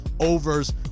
overs